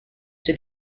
sue